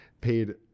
paid